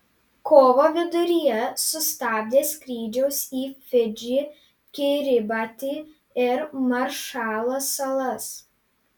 kovo viduryje sustabdė skrydžius į fidžį kiribatį ir maršalo salas